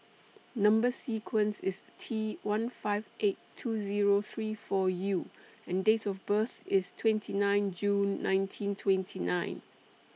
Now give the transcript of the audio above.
Number sequence IS T one five eight two Zero three four U and Date of birth IS twenty nine June nineteen twenty nine